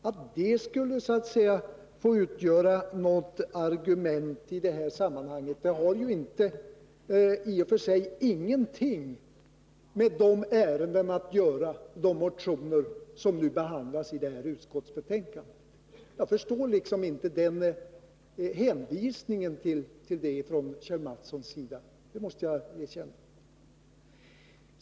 Att det så att säga skulle få utgöra argument i det här sammanhanget har ingenting med de motioner att göra som behandlas i detta betänkande. Jag förstår inte varför Kjell Mattsson gjorde den hänvisningen. Det måste jag erkänna.